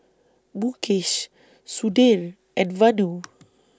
Mukesh Sudhir and Vanu